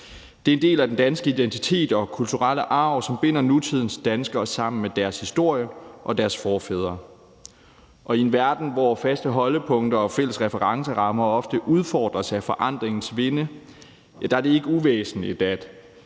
Det er en del af den danske identitet og kulturelle arv, som binder nutidens danskere sammen med deres historie og deres forfædre, og i en verden, hvor faste holdepunkter og fælles referencerammer ofte udfordres af forandringens vinde, er det ikke uvæsentligt at